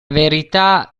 verità